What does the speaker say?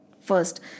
first